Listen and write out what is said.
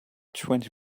twenty